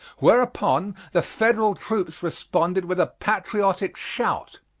whereupon the federal troops responded with a patriotic shout.